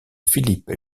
philippe